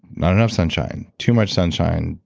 not enough sunshine. too much sunshine.